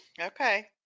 Okay